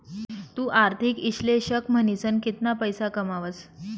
तु आर्थिक इश्लेषक म्हनीसन कितला पैसा कमावस